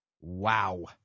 Wow